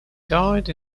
died